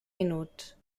minuts